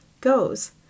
goes